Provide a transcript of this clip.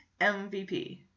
MVP